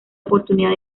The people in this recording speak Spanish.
oportunidad